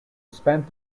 spent